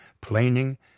planing